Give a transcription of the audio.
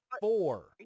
four